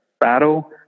battle